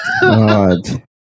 God